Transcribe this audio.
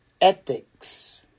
Ethics